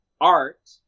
art